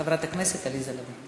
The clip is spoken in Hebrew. חברת הכנסת עליזה לביא.